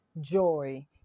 joy